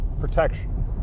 Protection